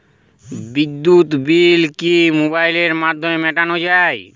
বিদ্যুৎ বিল কি মোবাইলের মাধ্যমে মেটানো য়ায়?